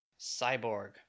Cyborg